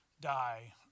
die